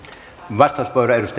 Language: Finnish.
arvoisa puhemies